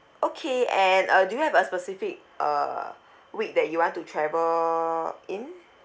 okay and uh do you have a specific uh week that you want to travel in